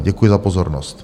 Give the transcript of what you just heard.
Děkuji za pozornost.